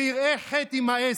ויראי חטא יימאסו".